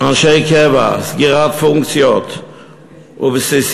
אנשי קבע, סגירת פונקציות ובסיסים.